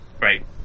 Right